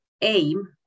aim